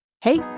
Hey